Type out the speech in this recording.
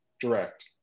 direct